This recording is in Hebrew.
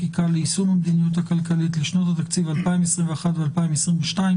המהלכים של התקנת התקציב של המדינה ושל הבקרה על תקציבי